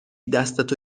دستتو